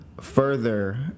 further